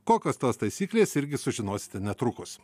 kokios tos taisyklės irgi sužinosite netrukus